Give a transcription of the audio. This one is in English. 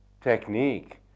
technique